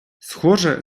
схоже